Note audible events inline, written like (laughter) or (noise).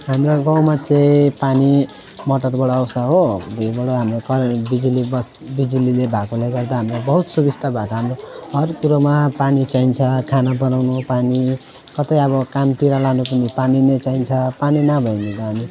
हाम्रो गाउँमा चाहिँ पानी मोटरबाट आउँछ हो (unintelligible) भुइँबाट हाम्रो करेन्ट बिजुली बत् बिजुलीले भएकोले गर्दा हामीलाई बहुत सुबिस्ता भएको छ हाम्रो हरएक कुरो पानी चाहिन्छ खाना बनाउनु पानी कतै अब कामतिर लानु पनि पानी नै चाहिन्छ पानी नभए भने त हाम्रो